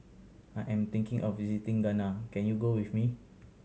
I am thinking of visiting Ghana can you go with me